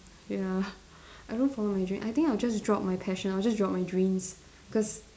ya I don't follow my dream I think I'll just drop my passion I'll just drop my dreams cause